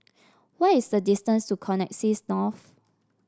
what is the distance to Connexis North